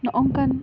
ᱱᱚᱜᱼᱚᱱ ᱠᱟᱱ